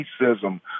racism